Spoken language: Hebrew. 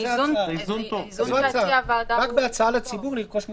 אני רק רוצה לחדד מה נעשה פה.